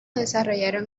desarrollaron